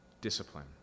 discipline